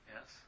Yes